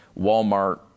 Walmart